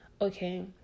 okay